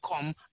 come